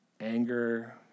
anger